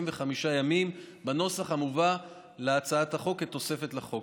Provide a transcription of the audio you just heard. ימים בנוסח המובא בהצעת החוק כתוספת לחוק.